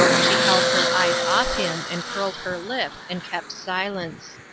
she held her eyes off him, and curled her lip, and kept silence.